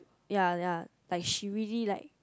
ya ya like she really like